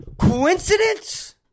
coincidence